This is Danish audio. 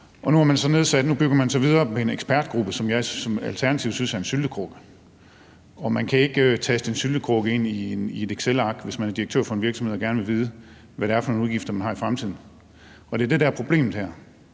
nu bygger man så videre med en ekspertgruppe, som Alternativet synes er en syltekrukke. Og man kan ikke taste en syltekrukke ind i et excelark, hvis man er direktør for en virksomhed og gerne vil vide, hvad det er for nogle udgifter, man har i fremtiden. Og det er det, der er problemet her.